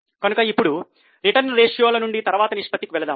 కనుక ఇప్పుడు రిటర్న్ రేషియోల నుండి తర్వాత నిష్పత్తికి వెళదాం